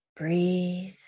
Breathe